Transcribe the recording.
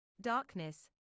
Darkness